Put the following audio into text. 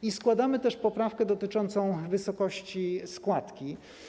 I składamy też poprawkę dotyczącą wysokości składki.